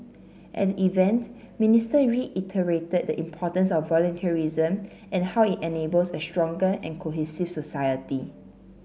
at the event Minister reiterated the importance of volunteerism and how it enables a stronger and cohesive society